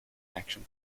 action